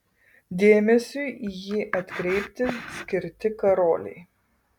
dėmesiui į jį atkreipti skirti karoliai